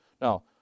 Now